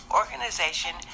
organization